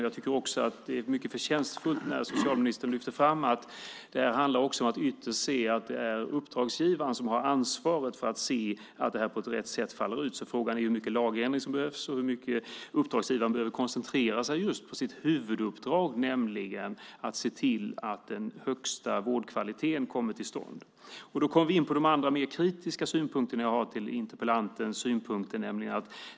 Jag tycker också att det är mycket förtjänstfullt när socialministern lyfter fram att det också handlar om att se att det ytterst är uppdragsgivaren som har ansvaret för att det här faller ut på rätt sätt. Frågan är hur mycket lagändring som behövs och hur mycket uppdragsgivaren behöver koncentrera sig på sitt huvuduppdrag, nämligen att se till att den högsta vårdkvaliteten kommer till stånd. Då kommer vi in på de andra mer kritiska synpunkter som jag har på interpellantens synpunkter.